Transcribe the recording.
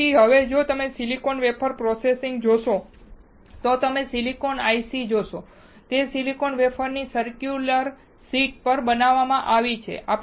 તેથી હવે જો તમે સિલિકોન વેફર પ્રોસેસિંગ જોશો તો તમે સિલિકોન IC જોશો તે સિલિકોન વેફરની સર્ક્યુલર શીટ પર બનાવવામાં આવી છે